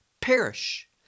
perish